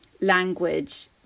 language